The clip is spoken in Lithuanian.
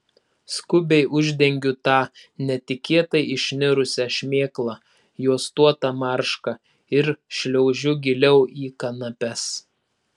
skubiai uždengiu tą netikėtai išnirusią šmėklą juostuota marška ir šliaužiu giliau į kanapes